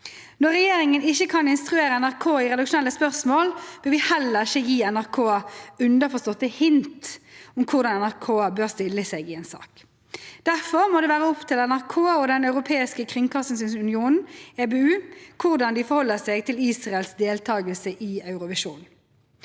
Når regjeringen ikke kan instruere NRK i redaksjonelle spørsmål, vil vi heller ikke gi NRK underforståtte hint om hvordan NRK bør stille seg i en sak. Derfor må det være opp til NRK og Den europeiske kringkastingsunion, EBU, hvordan man forholder seg til Israels deltakelse i Eurovision.